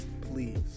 please